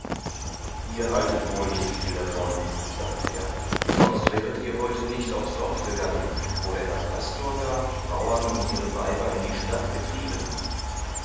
ihr haltet wohl nicht viel davon sagte er sonst wäret ihr heute nicht aufs dorf gegangen wo der herr pastor gar die bauern und ihre weiber in die stadt getrieben